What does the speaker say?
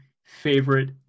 favorite